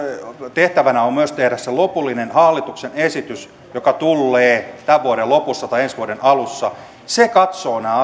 tehtävänä on myös tehdä se lopullinen hallituksen esitys joka tullee tämän vuoden lopussa tai ensi vuoden alussa se katsoo nämä